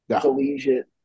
collegiate